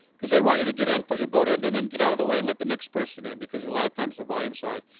because they want you to get in, put your boat in and then get out of the way, and let the next person in, because a lot of times the volume's high.